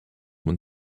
when